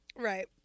right